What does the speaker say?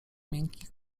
miękkich